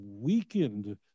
weakened